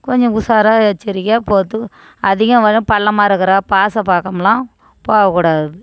கொஞ்சம் உசாராக எச்சரிக்கையாக பார்த்து அதிகம் பள்ளமாக இருக்கிற பாசை பக்கம் எல்லாம் போகக்கூடாது